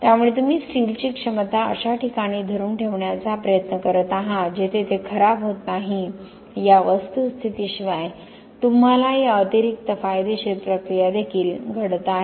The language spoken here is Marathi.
त्यामुळे तुम्ही स्टीलची क्षमता अशा ठिकाणी धरून ठेवण्याचा प्रयत्न करत आहात जेथे ते खराब होत नाही या वस्तुस्थितीशिवाय तुम्हाला या अतिरिक्त फायदेशीर प्रक्रिया देखील घडत आहेत